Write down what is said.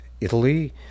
Italy